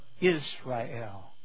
Israel